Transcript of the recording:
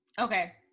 Okay